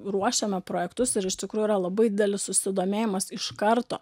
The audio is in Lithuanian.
ruošiame projektus ir iš tikrųjų yra labai didelis susidomėjimas iš karto